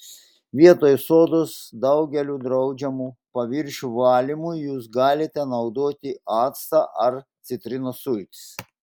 vietoj sodos daugeliui draudžiamų paviršių valymui jus galite naudoti actą ar citrinos sultis